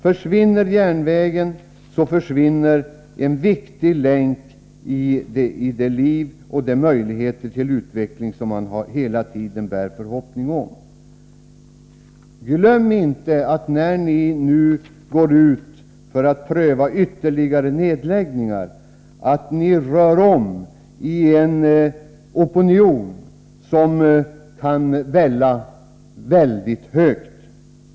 Försvinner järnvägen, så försvinner en viktig länk i de möjligheter till utveckling som man hela tiden bär en förhoppning om. Glöm inte att när ni nu går ut för att pröva ytterligare nedläggningar, då rör ni om i en opinion som kan vara mycket stark.